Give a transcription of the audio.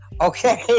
Okay